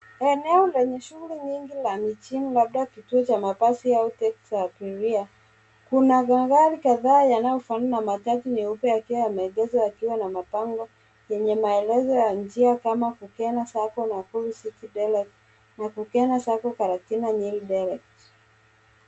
Eneo lenye shughuli nyingi la mijini labda kituo cha mabasi au teksi za abiria. Kuna magari kadhaa yanayofanana na matatu nyeupe yakiwa yameegezwa yakiwa na mabango yenye maelezo ya njia kama Kukena sacco Nakuru City Direct na Kukena sacco Karatina Nyeri direct .